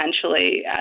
potentially